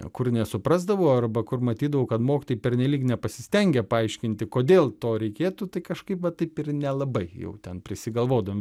kur nesuprasdavo arba kur matydavau kad mokytojai pernelyg nepasistengia paaiškinti kodėl to reikėtų tai kažkaip va taip ir nelabai jau ten prisigalvodavom